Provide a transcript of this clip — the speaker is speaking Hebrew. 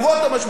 זה לא כישלון,